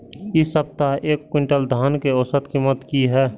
इ सप्ताह एक क्विंटल धान के औसत कीमत की हय?